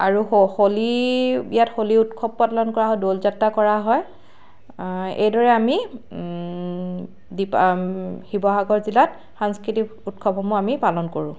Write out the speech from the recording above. আৰু হ' হোলী ইয়াত হোলী উৎসৱ পালন কৰা হয় দৌলযাত্ৰা কৰা হয় এইদৰে আমি দিপা শিৱসাগৰ জিলাত সাংস্কৃতিক উৎসৱসমূহ আমি পালন কৰোঁ